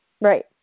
Right